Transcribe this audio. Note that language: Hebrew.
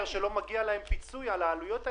שלא מגיע להם פיצוי על העלויות האלו.